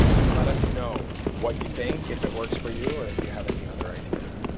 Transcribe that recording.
let us know what you think if it works for you or if you have any other ideas.